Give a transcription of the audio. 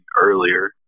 earlier